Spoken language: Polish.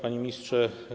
Panie Ministrze!